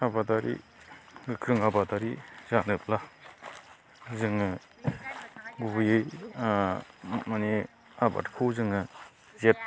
आबादारि गोख्रों आबादारि जानोब्ला जोङो गुबैयै ओ माने आबादखौ जोङो जेथ